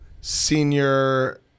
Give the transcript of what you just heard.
senior